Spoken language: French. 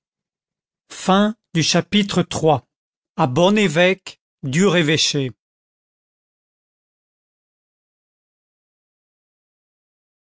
chapitre iii à bon évêque dur